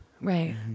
Right